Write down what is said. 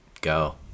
go